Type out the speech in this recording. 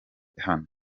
hano